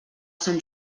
sant